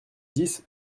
dix